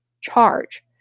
charge